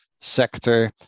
sector